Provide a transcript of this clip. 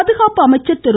பாதுகாப்பு அமைச்சர் திரு